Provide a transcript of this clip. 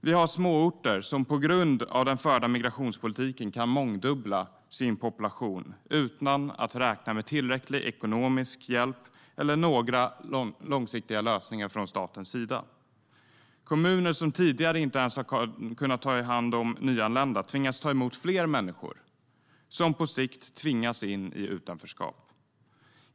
Vi har småorter som på grund av den förda migrationspolitiken kan mångdubbla sin population utan att de kan räkna med tillräcklig ekonomisk hjälp eller några långsiktiga lösningar från statens sida. Kommuner som tidigare inte ens har kunnat ta hand om nyanlända tvingas ta emot fler människor som på sikt tvingas in i utanförskap.